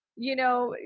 you know,